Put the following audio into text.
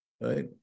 right